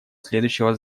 следующего